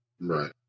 Right